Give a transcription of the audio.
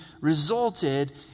resulted